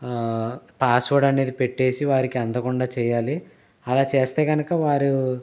pass word అనేది పెట్టేసి వారికి అందకుండా చేయాలి అలా చేస్తే కనుక వారు